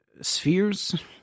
spheres